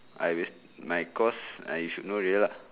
I waste my course uh you should know already lah